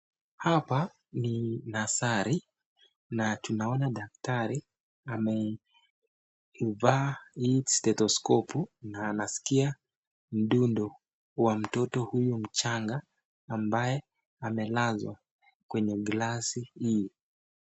Hapa ni nasari na tunaona daktari amevaa stethoscope na anasikia mdundo wa mtoto huyu mchanga ambaye amelazwa kwenye glasi hii.